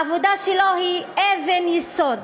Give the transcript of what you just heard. העבודה שלו היא אבן יסוד